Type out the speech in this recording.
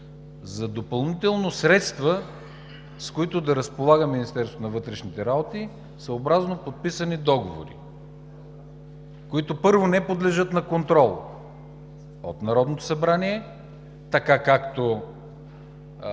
за допълнителни средства, с които да разполага Министерството на вътрешните работи, съобразно подписани договори, които, първо, не подлежат на контрол от Народното събрание, така както